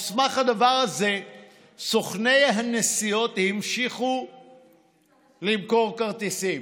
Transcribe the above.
על סמך הדבר הזה סוכני הנסיעות המשיכו למכור כרטיסים.